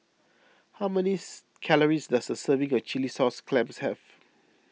how many calories does a serving of Chilli Sauce Clams have